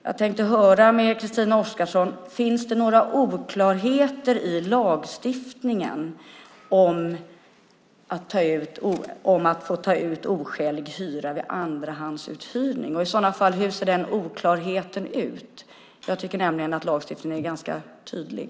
Jag tänkte höra med Christina Oskarsson: Finns det några oklarheter i lagstiftningen om att få ta ut oskälig hyra vid andrahandsuthyrning? I sådana fall: Hur ser den oklarheten ut? Jag tycker nämligen att lagstiftningen är ganska tydlig.